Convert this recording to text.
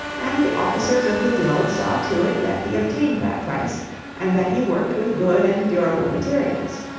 and the officers of the guild saw to it that he obtained that price and that he worked with good and durable materials.